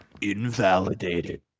Invalidated